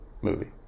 movie